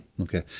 Okay